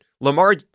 Lamar